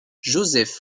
joseph